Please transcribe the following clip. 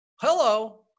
Hello